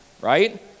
right